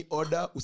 order